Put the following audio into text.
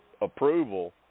approval